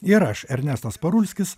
ir aš ernestas parulskis